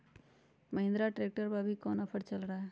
Mahindra tractor पर अभी कोन ऑफर चल रहा है?